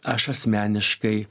aš asmeniškai